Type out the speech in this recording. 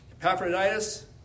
Epaphroditus